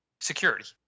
security